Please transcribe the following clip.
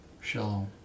Shalom